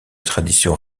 tradition